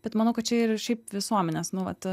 bet manau kad čia ir šiaip visuomenės nu vat